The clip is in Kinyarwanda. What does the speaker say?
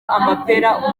amapera